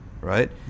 right